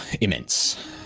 immense